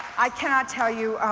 i cannot tell you